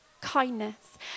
kindness